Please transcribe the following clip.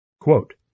Quote